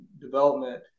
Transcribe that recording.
development